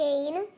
Jane